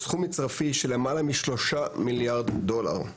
בסכום מצרפי של למעלה מ-3 מיליארד דולר.